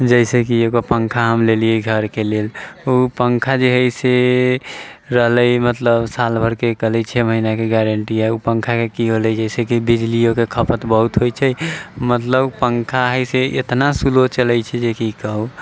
जइसे कि एगो पंखा हम लेलिए घरके लेल ओ पंखा जे हइ से रहलै मतलब साल भरिके लेल कहलै छै महिनाके गारन्टी हइ ओ पंखाके की होलै जे सऽ की बिजलिओके खपत बहुत होइ छै मतलब पंखा अइसे एतना स्लो चलै छै जे की कहू